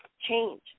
change